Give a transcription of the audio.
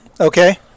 okay